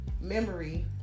memory